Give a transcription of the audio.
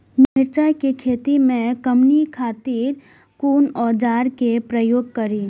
मिरचाई के खेती में कमनी खातिर कुन औजार के प्रयोग करी?